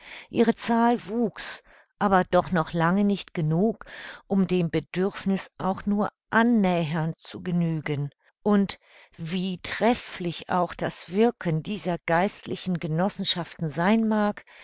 ihre zahl wuchs aber doch noch lange nicht genug um dem bedürfniß auch nur annähernd zu genügen und wie trefflich auch das wirken dieser geistlichen genossenschaften sein mag